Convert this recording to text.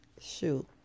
Shoot